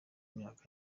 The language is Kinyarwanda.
myaka